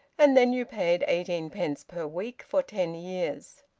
and then you paid eighteen-pence per week for ten years,